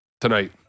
tonight